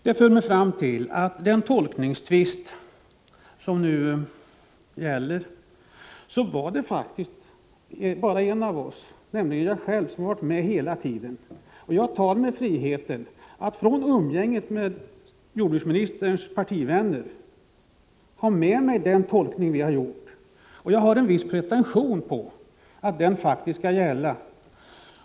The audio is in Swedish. Det för mig fram till att det när det gäller den tolkningstvist som nu pågår bara är en av oss, nämligen jag själv, som varit med hela tiden. Och jag tar mig friheten att hålla fast vid den tolkning som jag och jordbruksministerns partivänner har gjort. Jag har pretentionen att den tolkningen faktiskt skall gälla.